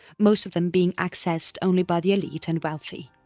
most of them being accessed only by the elite and wealthy.